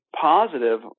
positive